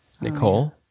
Nicole